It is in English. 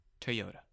Toyota